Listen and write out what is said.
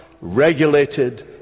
regulated